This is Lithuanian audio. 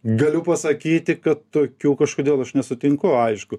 galiu pasakyti kad tokių kažkodėl aš nesutinku aišku